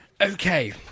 Okay